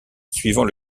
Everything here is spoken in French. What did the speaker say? suivant